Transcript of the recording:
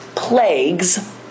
Plagues